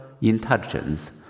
intelligence